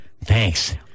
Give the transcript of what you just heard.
Thanks